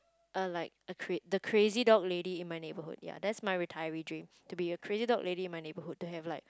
err like a the crazy dog lady in my neighbourhood ya that's my retiring dream to be a crazy dog lady in my neighbourhood to have like